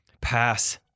pass